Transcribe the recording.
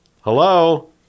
Hello